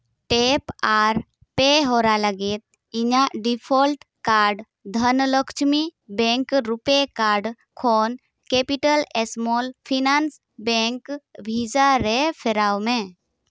tap ᱟᱨ pay ᱦᱚᱨᱟ ᱞᱟᱹᱜᱤᱫ ᱤᱧᱟᱹᱜ default card Dhanlaxmi bank RuPay card ᱠᱷᱚᱱ ᱠᱮᱯᱤᱴᱟᱞ ᱥᱢᱚᱞ ᱯᱷᱤᱱᱟᱱᱥ ᱵᱮᱝᱠ ᱵᱷᱤᱥᱟ ᱨᱮ ᱯᱷᱮᱨᱟᱣ ᱢᱮ